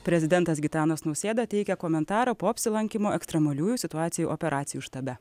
prezidentas gitanas nausėda teikia komentarą po apsilankymo ekstremaliųjų situacijų operacijų štabe